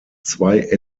zwei